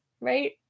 right